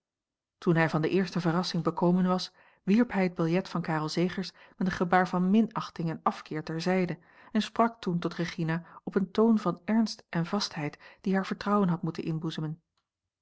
toen hij van de eerste verrassing bekomen was wierp hij het biljet van karel zegers met een gebaar van minachting en afkeer ter zijde en sprak toen tot regina op een toon van ernst en vastheid die haar vertrouwen had moeten inboezemen